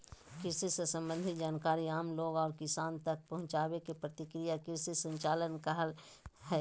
कृषि से सम्बंधित जानकारी आम लोग और किसान तक पहुंचावे के प्रक्रिया ही कृषि संचार कहला हय